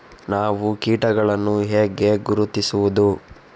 ನಾವು ಕೀಟಗಳನ್ನು ಹೇಗೆ ಗುರುತಿಸುವುದು?